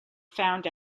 found